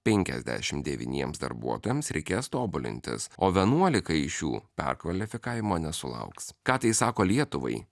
penkiasdešim devyniems darbuotojams reikės tobulintis o vienuolika iš jų perkvalifikavimo nesulauks ką tai sako lietuvai